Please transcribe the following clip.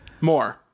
More